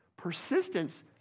Persistence